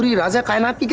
raaz-e-kainat.